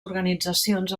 organitzacions